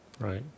Right